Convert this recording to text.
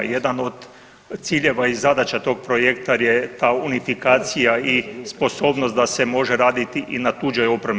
Jedan od ciljeva i zadaća tog projekta je ta unifikacija i sposobnost da se može raditi i na tuđoj opremi.